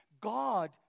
God